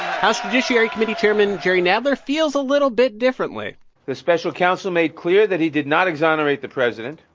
house judiciary committee chairman jerry nadler feels a little bit differently the special counsel made clear that he did not exonerate the president.